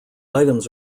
items